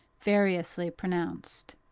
variously pronounced.